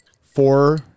four